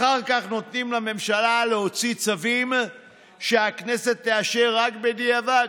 אחר כך נותנים לממשלה להוציא צווים שהכנסת תאשר רק בדיעבד,